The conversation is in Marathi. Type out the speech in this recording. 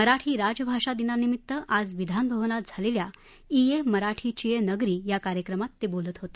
मराठी राजभाषा दिनानिमित्त आज विधानभवनात झालेल्या खे मराठीचिये नगरी या कार्यक्रमात ते बोलत होते